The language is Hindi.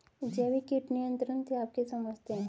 जैविक कीट नियंत्रण से आप क्या समझते हैं?